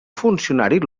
funcionari